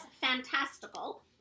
fantastical